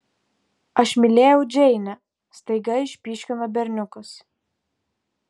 aš mylėjau džeinę staiga išpyškino berniukas